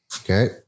Okay